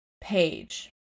page